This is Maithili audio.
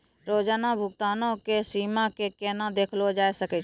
रोजाना भुगतानो के सीमा के केना देखलो जाय सकै छै?